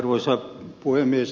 arvoisa puhemies